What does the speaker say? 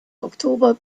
oktober